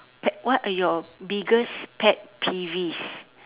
pet what are your biggest pet peeves